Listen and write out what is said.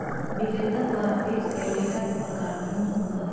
विक्रेता द्वारा पेश कइल डेटा के प्रकार भिन्न होबो हइ